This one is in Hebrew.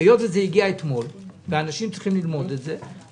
וזה הגיע אתמול ואנשים צריכים ללמוד את זה,